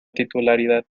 titularidad